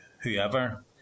whoever